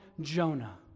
Jonah